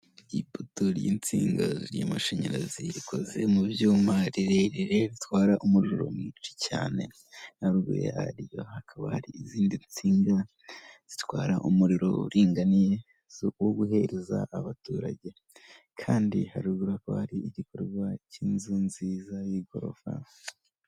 Ipoto ry'insinga ry'amashanyarazi rikoze mu byuma rirerire ritwara umuriro mwinshi cyane haruguru yaryo hakaba hari zizindi nsinga zitwara umuriro uringaniye zo guhereza abaturage kandi haruguru hakaba hari igikorwa k'inzu nziza y'igorofa.